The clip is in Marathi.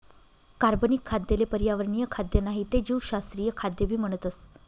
कार्बनिक खाद्य ले पर्यावरणीय खाद्य नाही ते जीवशास्त्रीय खाद्य भी म्हणतस